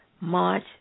March